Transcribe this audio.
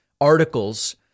articles